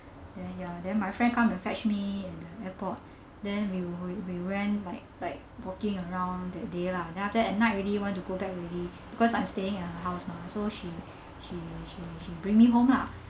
then ya then my friend come and fetched me at the airport then we w~ we went like like walking around that day lah then after that at night already you want to go back already because I'm staying at her house lah so she she she she bring me home lah